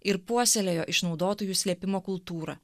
ir puoselėjo išnaudotojų slėpimo kultūrą